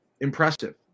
impressive